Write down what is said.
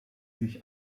sich